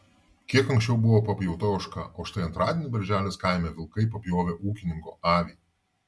kiek anksčiau buvo papjauta ožka o štai antradienį berželės kaime vilkai papjovė ūkininko avį